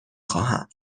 خواهم